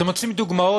אתם רוצים דוגמאות?